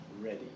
ready